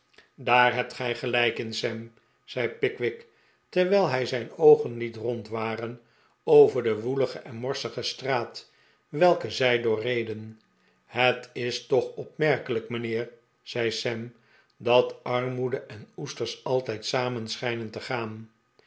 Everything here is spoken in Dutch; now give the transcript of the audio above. daar hebt gij gelijk in sam zei pickwick terwijl hij zijn oogen liet rondwaren over de woelige en morsige straat welke zij doorreden het is toch opmerkelijk mijnheer zei sam dat armoede en oesters altijd samen schijnen te gaan